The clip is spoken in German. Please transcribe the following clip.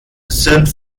sind